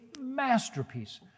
masterpiece